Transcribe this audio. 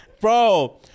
bro